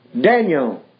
Daniel